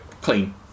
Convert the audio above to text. clean